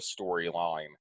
storyline